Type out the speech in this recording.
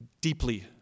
deeply